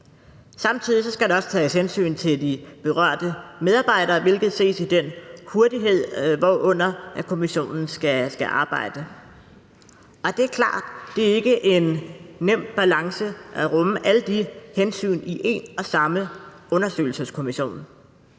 Samtidig skal der også tages hensyn til de berørte medarbejdere, hvilket ses i den hurtighed, hvormed kommissionen skal arbejde. Det er klart, at det ikke er en nem balance at rumme alle de hensyn i en og samme undersøgelseskommission.